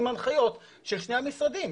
עם הנחיות של שני המשרדים.